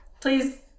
Please